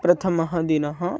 प्रथमः दिनः